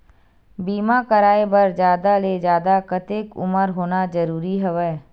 बीमा कराय बर जादा ले जादा कतेक उमर होना जरूरी हवय?